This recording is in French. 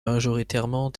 majoritairement